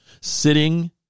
Sitting